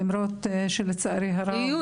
למרות שלצערי הרב --- יהיו,